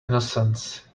innocence